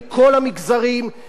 מכל שדרות החברה,